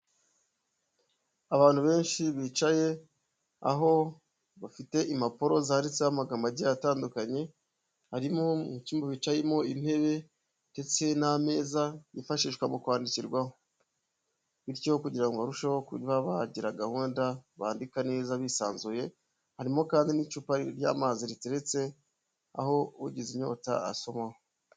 Abantu benshi bicaye, aho bafite impapuro zanditsehomo amagi atandukanye, harimo mu icyumba bicayemo intebe ndetse n'ameza yifashishwa mu kwandikirwaha, bityo kugira ngo barusheho kuba bagira gahunda bandika neza bisanzuye, harimo kandi n'icupa ry'amazi riteretse aho ugize inyota asomaho.